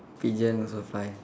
pigeon also fly